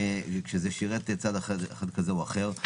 כשזה שירת צד כזה או אחר.